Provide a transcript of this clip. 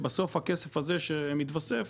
בסוף הכסף הזה שמתווסף,